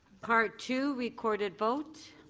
part two, recorded vote.